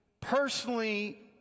personally